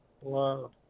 Wow